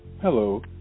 Hello